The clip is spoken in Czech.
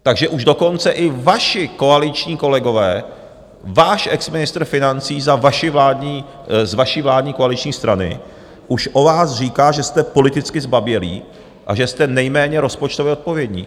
Takže už dokonce i vaši koaliční kolegové, váš exministr financí z vaší vládní koaliční strany už o vás říká, že jste politicky zbabělí a že jste nejméně rozpočtově odpovědní.